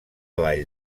vall